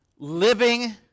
living